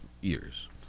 years